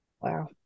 Wow